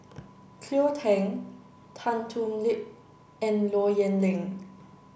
Cleo Thang Tan Thoon Lip and Low Yen Ling